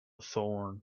thorn